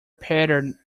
pattern